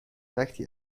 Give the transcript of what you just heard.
وقتی